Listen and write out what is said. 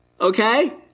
okay